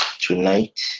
tonight